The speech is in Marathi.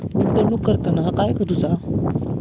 गुंतवणूक करताना काय करुचा?